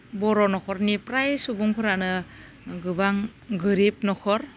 बर' न'खरनि फ्राय सुबुंफोरानो गोबां गोरिब न'खर